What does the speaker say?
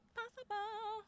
possible